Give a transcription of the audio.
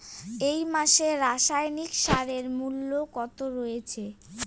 এই মাসে রাসায়নিক সারের মূল্য কত রয়েছে?